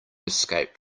escaped